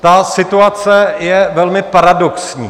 Ta situace je velmi paradoxní.